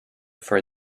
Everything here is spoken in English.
for